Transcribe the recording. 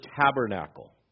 tabernacle